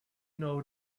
know